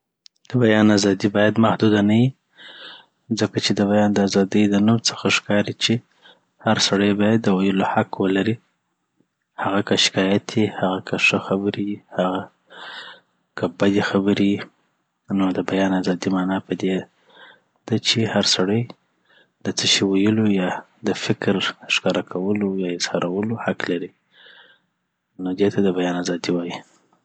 د بیان ازادي باید محدوده نیي ځکه چي د بیا د ازادي دنوم څخه ښکاري چي هر سړي باید د ویلو حق ولري هغه که شکایت یی هغه که ښه خبر یي هغه که بد خبر یي نو دبیان ازادي معني پدي ده چي هر سړي دڅه شي ویلو یا د فکر ښکاره کولو یا اظهارولو حق ولري .نو دی ته د بیان ازادي وایی